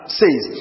says